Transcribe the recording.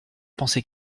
pensée